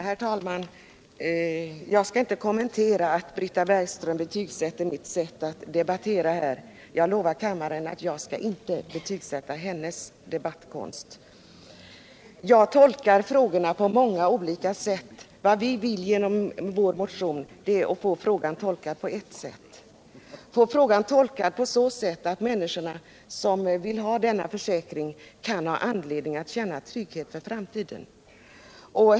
Herr talman! Jag skall inte kommentera Britta Bergströms betygsättning av mitt sätt att debattera här, och jag lovar kammaren att jag inte skall betygsätta hennes debattkonst. Jag tolkar frågorna på många olika sätt. Vad vi vill med vår motion är att få frågan tolkad på så sätt att människorna som önskar denna försäkring kan ha anledning att känna trygghet för framtiden.